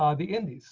um the indies